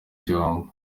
gihombo